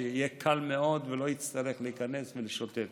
שיהיה קל מאוד ולא יצטרך להיכנס ולשוטט.